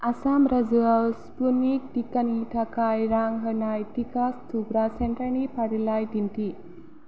आसाम रायजोआव स्पुटनिक टिकानि थाखाय रां होनाय टिका थुग्रा सेन्टारनि फारिलाइ दिन्थि